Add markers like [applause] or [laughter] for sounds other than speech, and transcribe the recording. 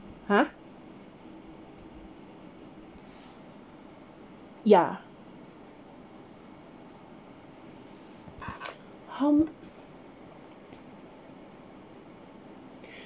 !huh! ya [noise] how m~